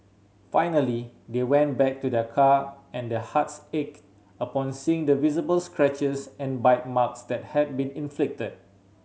finally they went back to their car and their hearts ached upon seeing the visible scratches and bite marks that had been inflicted